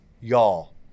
y'all